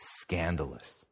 scandalous